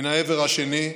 מן העבר השני,